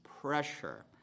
pressure